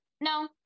no